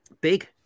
big